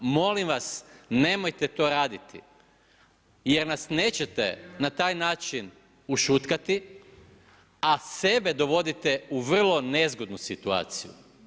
Molim vas nemojte to raditi, jer nas nećete na taj način ušutkati, a sebe dovodite u vrlo nezgodnu situaciju.